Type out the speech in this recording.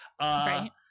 Right